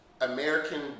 American